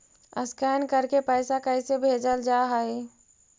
Scan करके पैसा कैसे भेजल जा हइ?